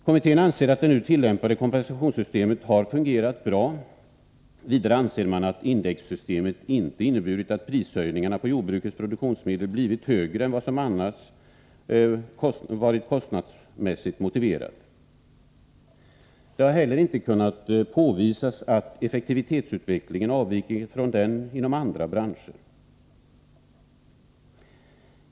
Kommittén anser att det nu tillämpade kompensationssystemet har fungerat bra. Vidare anser den att indexsystemet inte inneburit att prishöjningarna avseende jordbrukets produktionsmedel blivit större än vad som varit kostnadsmässigt motiverat. Det har inte heller kunnat påvisas att effektivitetsutvecklingen avvikit från den utveckling man haft inom andra branscher.